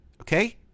okay